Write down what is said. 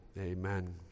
amen